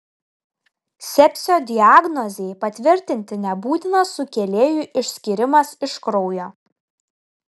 sepsio diagnozei patvirtinti nebūtinas sukėlėjų išskyrimas iš kraujo